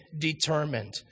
determined